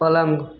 पलंग